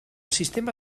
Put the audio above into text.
sistema